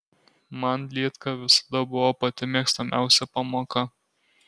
man lietka visada buvo pati mėgstamiausia pamoka